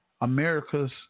America's